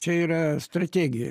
čia yra strategija